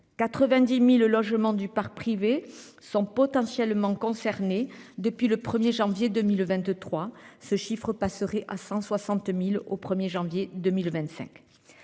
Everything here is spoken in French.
90.000 logements du parc privé sont potentiellement concernés. Depuis le 1er janvier 2023, ce chiffre passerait à 160.000 au 1er janvier 2025.